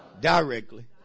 directly